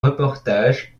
reportages